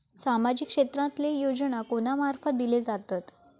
सामाजिक क्षेत्रांतले योजना कोणा मार्फत दिले जातत?